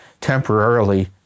temporarily